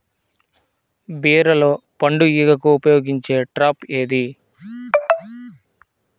బీరలో పండు ఈగకు ఉపయోగించే ట్రాప్ ఏది?